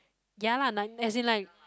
ya lah like as in like